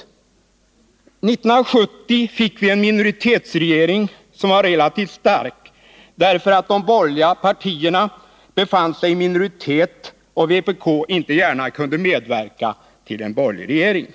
År 1970 fick vi en minoritetsregering som var relativt stark, därför att de borgerliga partierna befann sig i minoritet och vpk inte gärna kunde medverka till en borgerlig regering.